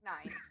Nine